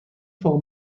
for